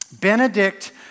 Benedict